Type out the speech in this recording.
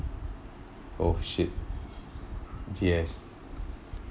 oh shit yes